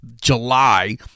July